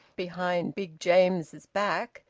behind big james's back,